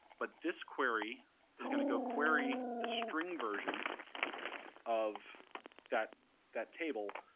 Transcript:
but this query is going to go query the string version of that that table,